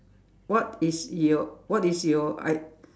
what is your what is your I